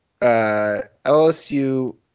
LSU